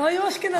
לא היו אשכנזים.